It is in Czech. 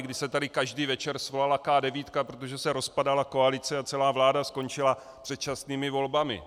Kdy se tady každý večer svolala K9, protože se rozpadala koalice, a celá vláda skončila předčasnými volbami.